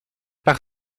par